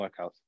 workouts